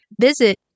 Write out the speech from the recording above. Visit